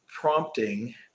prompting